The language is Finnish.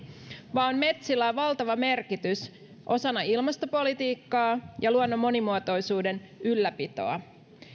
vaan metsillä on valtava merkitys osana ilmastopolitiikkaa ja luonnon monimuotoisuuden ylläpitoa